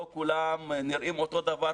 לא כולם נראים אותו דבר,